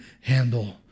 handle